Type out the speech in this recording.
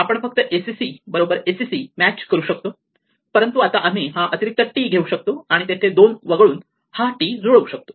आपण फक्त sec बरोबर sec मॅच करू शकतो परंतु आता आम्ही हा अतिरिक्त t घेऊ शकतो आणि तेथे 2 वगळून हा t जुळवू शकतो